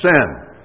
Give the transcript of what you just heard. sin